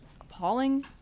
appalling